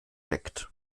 gecheckt